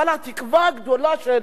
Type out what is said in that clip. אבל התקווה הגדולה של